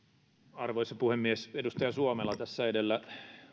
arvoisa puhemies edustaja suomela tässä edellä